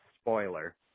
Spoiler